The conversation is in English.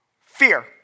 Fear